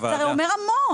זה הרי אומר המון.